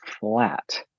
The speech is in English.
flat